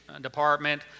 Department